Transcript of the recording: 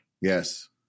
Yes